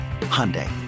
Hyundai